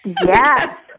Yes